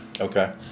Okay